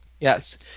Yes